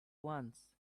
once